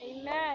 Amen